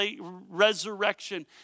resurrection